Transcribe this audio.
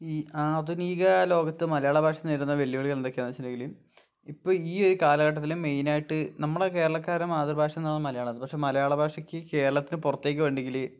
ഈ ആധുനിക ലോകത്ത് മലയാള ഭാഷ നേരിടുന്ന വെല്ലുവിളികളെന്തൊക്കെയാന്ന് വെച്ചിട്ടുണ്ടെങ്കില് ഇപ്പം ഈയൊരു കാലഘട്ടത്തിലും മെയിനായിട്ട് നമ്മുടെ കേരളക്കാരെ മാതൃഭാഷ എന്ന് പറഞ്ഞത് മലയാളമാണ് പക്ഷെ മലയാള ഭാഷയ്ക്ക് കേരളത്തിന് പുറത്തേക്ക് വേണ്ടെങ്കില്